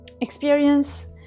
experience